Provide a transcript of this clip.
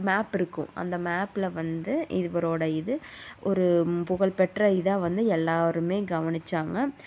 map இருக்கும் அந்த மேப்பில் வந்து இவரோட இது ஒரு புகழ்பெற்ற இதாக வந்து எல்லாருமே கவனிச்சாங்க